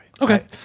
Okay